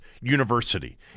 university